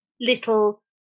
little